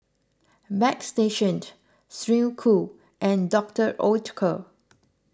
Bagstationz Snek Ku and Doctor Oetker